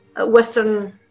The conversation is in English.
Western